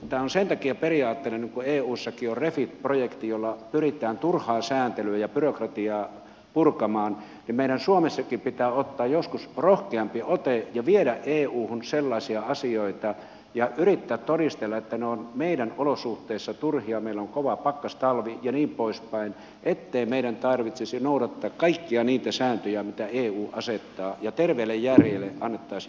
tämä on sen takia periaatteellinen asia että kun eussakin on refit projekti jolla pyritään turhaa sääntelyä ja byrokratiaa purkamaan niin meidän suomessakin pitää ottaa joskus rohkeampi ote ja viedä euhun sellaisia asioita ja yrittää todistella että ne ovat meidän olosuhteissa turhia meillä on kova pakkastalvi ja niin poispäin niin ettei meidän tarvitsisi noudattaa kaikkia niitä sääntöjä mitä eu asettaa ja terveelle järjelle annettaisiin jonkun verran sijaa